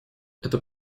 это